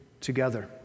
together